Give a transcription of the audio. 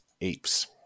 apes